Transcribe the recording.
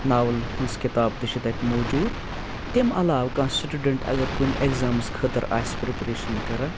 novel ہٕنٛز کِتاب تہِ چھِ تَتہِ موٗجوٗد تمہِ علاوٕ کانٛہہ سٹوڈنٹ اگر کُنہِ ایٚگزامَس خٲطرٕ آسہِ پرٛٮ۪پریشَن کَران